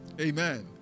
amen